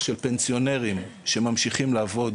האונקולוגים הפנסיונרים שממשיכים לעבוד